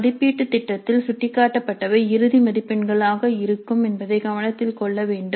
மதிப்பீட்டு திட்டத்தில் சுட்டிக்காட்டப்பட்டவை இறுதி மதிப்பெண்களாக இருக்கும் என்பதை கவனத்தில் கொள்ள வேண்டும்